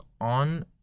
on